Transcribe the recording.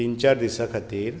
तीन चार दिसां खातीर